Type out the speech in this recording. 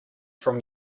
from